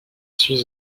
suis